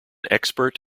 expert